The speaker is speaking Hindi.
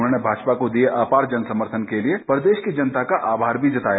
उन्होंने भाजपा को दिए अपार जन समर्थन के लिए प्रदेश की जनता का आभार भी जताया